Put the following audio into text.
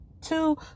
two